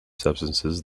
substances